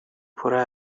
پره